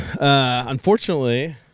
unfortunately